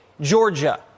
Georgia